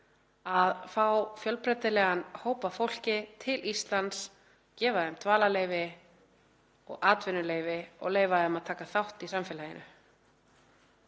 að fá fjölbreytilegan hóp af fólki til Íslands og gefa þeim dvalarleyfi og atvinnuleyfi og leyfa þeim að taka þátt í samfélaginu.